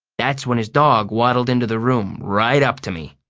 that's when his dog waddled into the room right up to me.